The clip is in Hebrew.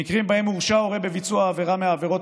במקרים שבהם הורשע הורה בביצוע עבירה מהעבירות